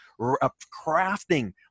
crafting